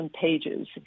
pages